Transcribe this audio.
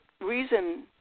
reason